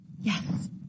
Yes